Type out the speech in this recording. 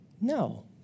No